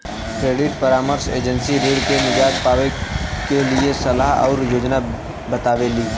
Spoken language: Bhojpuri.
क्रेडिट परामर्श एजेंसी ऋण से निजात पावे क लिए सलाह आउर योजना बतावेली